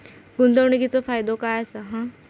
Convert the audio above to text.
गुंतवणीचो फायदो काय असा?